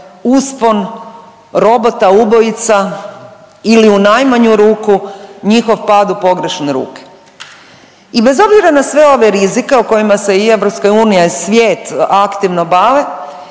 uspon robota ubojica ili u najmanju ruku njihov pad u pogrešne ruke. I bez obzira na sve ove rizike o kojima se i EU i svijet aktivno bave,